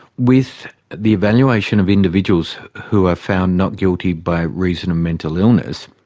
with the evaluation of individuals who are found not guilty by reason of mental illness,